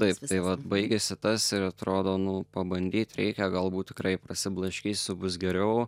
taip tai vat baigiasi tas ir atrodo nu pabandyt reikia galbūt tikrai prasiblaškysiu bus geriau